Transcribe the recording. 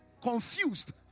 Confused